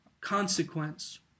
consequence